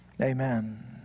Amen